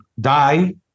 die